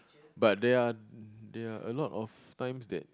but they are they are a lot of times that